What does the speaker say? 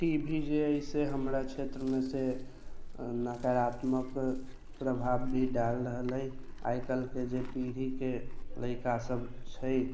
T V जे अछि से हमरा क्षेत्रमे से नकारात्मक प्रभाव भी डालि रहल अइ आइ काल्हि के जे पीढ़ीके लड़िका सब छै